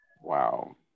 wow